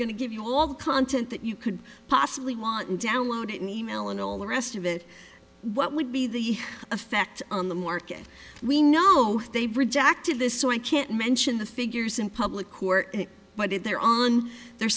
going to give you all the content that you could possibly want and download it in email and all the rest of it what would be the effect on the market we know they've rejected this so i can't mention the figures in public court but if they're on their